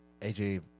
AJ